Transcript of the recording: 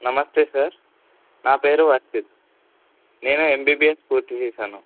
నమస్తే సార్ నా పేరు వర్షిత్ నేను ఎంబీబిఎన్ పూర్తి చేశాను